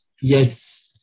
yes